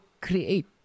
create